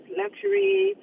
luxury